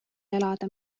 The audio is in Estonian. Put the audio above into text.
elada